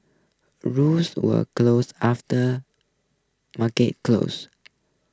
rules were grows after market close